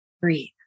breathe